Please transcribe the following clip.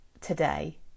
today